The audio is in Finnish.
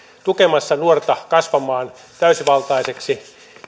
tukemassa nuorta kasvamaan täysivaltaiseksi